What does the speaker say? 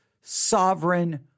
sovereign